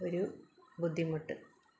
ഒരു ബുദ്ധിമുട്ട്